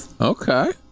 Okay